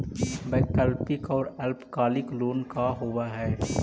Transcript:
वैकल्पिक और अल्पकालिक लोन का होव हइ?